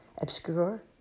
Obscure